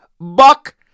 Buck